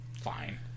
fine